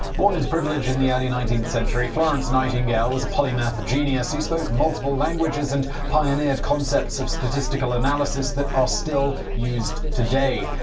born into privilege in the early nineteenth century, florence nightingale was a polymath genius who spoke multiple languages and pioneered concepts of statistical analysis ah still used today.